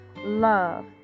love